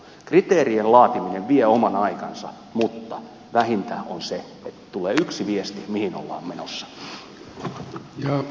kriteerien laatiminen vie oman aikansa mutta vähintä on se että tulee yksi viesti mihin ollaan menossa